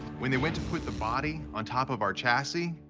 when they went to put the body on top of our chassis,